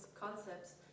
concepts